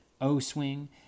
O-swing